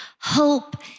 hope